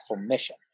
mission